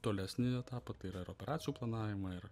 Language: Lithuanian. tolesnį etapą tai yra ir operacijų planavimą ir